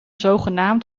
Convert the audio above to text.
zogenaamd